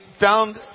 found